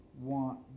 want